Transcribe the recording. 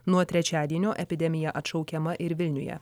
nuo trečiadienio epidemija atšaukiama ir vilniuje